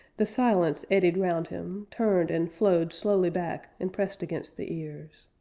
the silence eddied round him, turned and flowed slowly back and pressed against the ears.